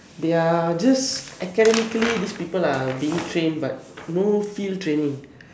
they are just academically these people are being trained but no field training